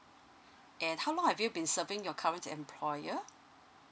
and how long have you been serving your current employer